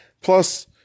Plus